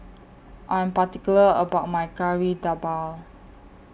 I Am particular about My Kari Debal